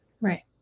Right